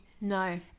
no